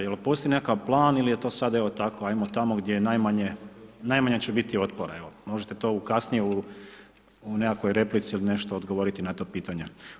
Je li postoji neki plan ili je to sad, evo tako, ajmo tamo gdje je, najmanje će biti otpora, evo, možete to kasnije u nekakvoj replici ili nešto odgovoriti na to pitanje.